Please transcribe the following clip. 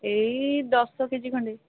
ଏଇ ଦଶ K G ଖଣ୍ଡେ